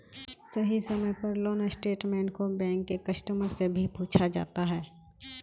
सही समय पर लोन स्टेटमेन्ट को बैंक के कस्टमर से भी पूछा जाता है